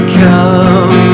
come